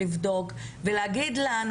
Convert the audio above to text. לבדוק ולהגיד לנו